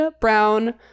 brown